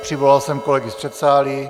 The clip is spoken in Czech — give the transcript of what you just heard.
Přivolal jsem kolegy z předsálí.